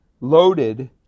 loaded